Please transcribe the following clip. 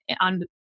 on